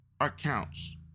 accounts